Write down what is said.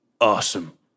awesome